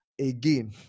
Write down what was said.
Again